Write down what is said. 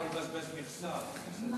שלא לבזבז מכסה, אז אני